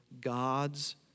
God's